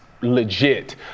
legit